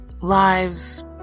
Lives